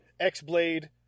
X-Blade